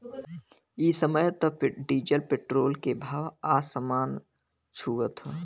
इ समय त डीजल पेट्रोल के भाव आसमान छुअत हौ